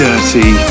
dirty